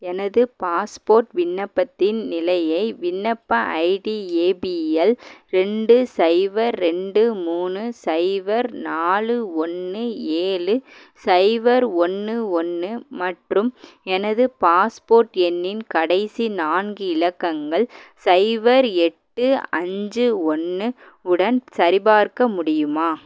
எனது பாஸ்போர்ட் விண்ணப்பத்தின் நிலையை விண்ணப்ப ஐடி ஏ பி எல் ரெண்டு சைபர் ரெண்டு மூணு சைபர் நாலு ஒன்று ஏழு சைபர் ஒன்று ஒன்று மற்றும் எனது பாஸ்போர்ட் எண்ணின் கடைசி நான்கு இலக்கங்கள் சைபர் எட்டு அஞ்சு ஒன்று உடன் சரிபார்க்க முடியுமா